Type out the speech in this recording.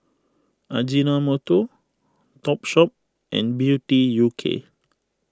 Ajinomoto Topshop and Beauty U K